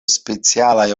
specialaj